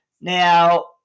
Now